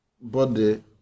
body